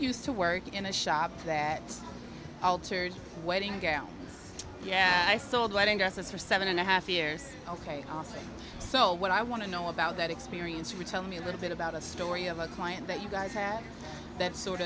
used to work in a shop that altered wedding gown yeah i sold wedding dresses for seven and a half years ok so what i want to know about that experience for tell me a little bit about a story of a client that you guys had that sort